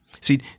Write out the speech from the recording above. See